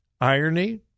irony